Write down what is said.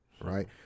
right